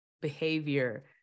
behavior